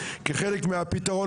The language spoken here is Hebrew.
כחלק מהפתרון,